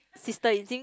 sister